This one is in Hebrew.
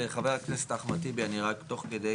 עוד שני משפטים לחבר הכנסת אחמד טיבי כי אני תוך כדי